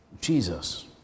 Jesus